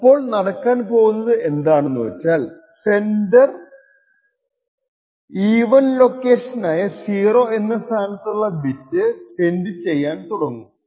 ഇപ്പോൾ നടക്കാൻ പോകുന്നത് എന്താണെന്നുവച്ചാൽ സെൻഡർ ഈവൻ ലൊക്കേഷൻ ആയ 0 എന്ന സ്ഥാനത്തുള്ള ബിറ്റ് സെൻഡ് ചെയ്യാൻ തുടങ്ങും